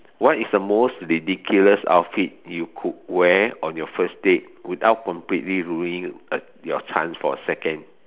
what is the most ridiculous outfit you could wear on your first date without completely ruining a your chance for a second